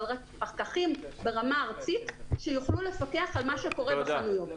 אלא פקחים ברמה ארצית שיוכלו לפקח על מה שקורה בחנויות.